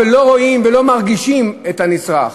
ולא רואים ולא מרגישים את הנצרך.